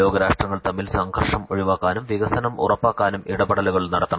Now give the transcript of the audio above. ലോകരാഷ്ട്രങ്ങൾ തമ്മിലുള്ള സംഘർഷം ഒഴിവാക്കാനും വികസനം ഉറപ്പാക്കാനും ഇടപെടലുകൾ നടത്തണം